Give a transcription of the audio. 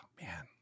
man